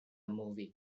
movie